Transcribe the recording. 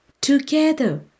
together